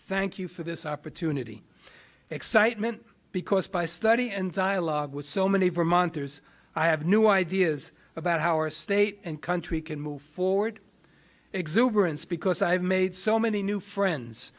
thank you for this opportunity excitement because by study and dialogue with so many vermonters i have new ideas about how our state and country can move forward exuberance because i've made so many new friends